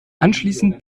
anschließend